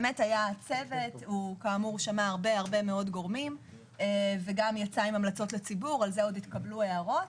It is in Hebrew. הצוות שמע הרבה גורמים ויצא עם המלצות לציבור שעל זה עוד התקבלו הערות.